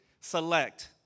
select